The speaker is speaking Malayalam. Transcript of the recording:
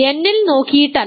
n ൽ നോക്കിയിട്ടല്ല